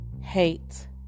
hate